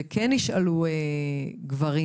וכן נשאלו גברים,